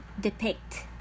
depict